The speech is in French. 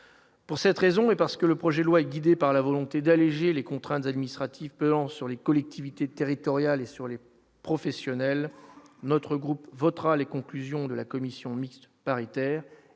pour cette raison et parce que le projet de loi est guidée par la volonté d'alléger les contraintes administratives pesant sur les collectivités territoriales et sur les professionnels, notre groupe votera les conclusions de la commission mixte paritaire et